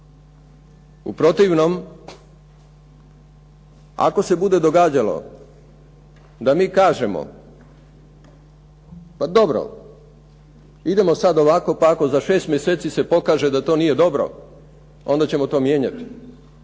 U protivnom ako se bude događalo da mi kažemo pa dobro idemo sad ovako pa ako za 6 mjeseci se pokaže da to nije dobro onda ćemo to mijenjati,